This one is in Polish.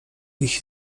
ich